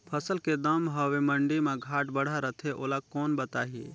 फसल के दम हवे मंडी मा घाट बढ़ा रथे ओला कोन बताही?